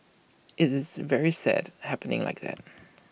IT is very sad happening like that